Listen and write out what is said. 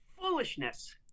Foolishness